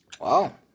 Wow